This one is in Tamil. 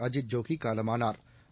அஜீத் ஜோகி காலமானாா்